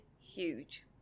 huge